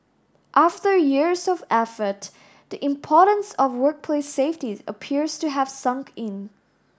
after years of effort the importance of workplace safety appears to have sunk in